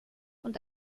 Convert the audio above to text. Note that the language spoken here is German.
und